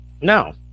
no